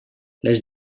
les